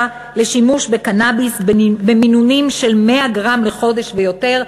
לשימוש בקנאביס במינונים של 100 גרם לחודש ויותר.